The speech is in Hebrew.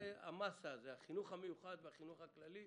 אמרת החינוך המיוחד והכללי,